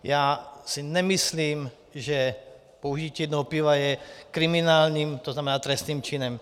Já si nemyslím, že požití jednoho piva je kriminálním, to znamená trestným činem.